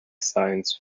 science